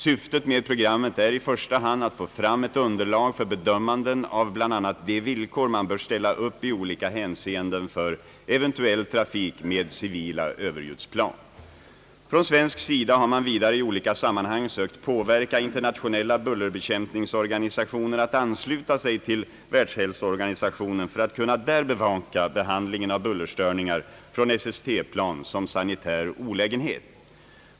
Syftet med programmet är i första hand att få fram ett underlag för bedömanden av bl.a. de villkor man bör ställa upp i olika hänseenden för eventuell trafik med civila överljudsplan. Från svensk sida har man vidare i olika sammanhang sökt påverka inter nationella bullerbekämpningsorganisationer att ansluta sig till WHO för att kunna där bevaka behandlingen av bullerstörningar från SST-plan som sanitär olägenhet.